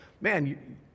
man